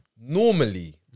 normally